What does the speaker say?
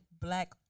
black